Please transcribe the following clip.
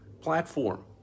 platform